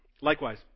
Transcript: Likewise